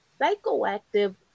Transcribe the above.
psychoactive